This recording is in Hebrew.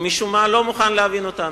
הוא משום מה לא מוכן להבין אותנו,